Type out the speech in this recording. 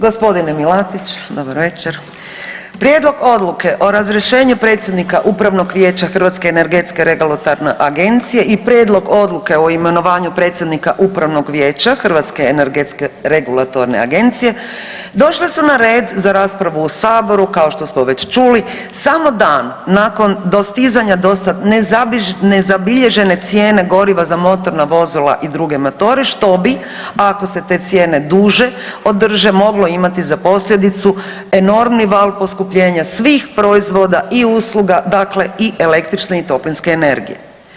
gospodine Milatić dobar večer, Prijedlog Odluke o razrješenju predsjednika Upravnog vijeća Hrvatske energetske regulatorne agencije i Prijedlog Odluke o imenovanju predsjednika Upravnog vijeća Hrvatske energetske regulatorne agencije došle su na red za raspravu u saboru kao što smo već čuli samo dan nakon dostizanja dosada nezabilježene cijene goriva za motorna vozila i druge motore što bi ako se te cijene duže održe moglo imati za posljedicu enormni val poskupljenja svih proizvoda i usluga dakle i električne i toplinske energije.